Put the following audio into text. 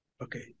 Okay